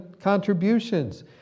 contributions